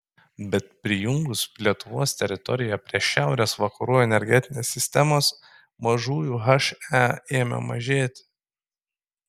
bet prijungus lietuvos teritoriją prie šiaurės vakarų energetinės sistemos mažųjų he ėmė mažėti